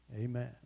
Amen